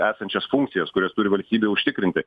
esančias funkcijas kurias turi valstybę užtikrinti